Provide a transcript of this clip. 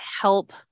help